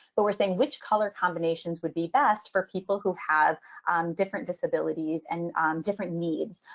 but we're saying which color combinations would be best for people who have different disabilities and different needs.